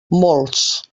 molts